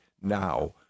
now